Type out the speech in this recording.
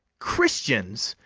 christians,